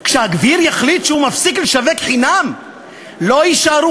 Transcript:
כי כשהגביר יחליט שהוא מפסיק לשווק חינם לא יישארו